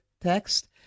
text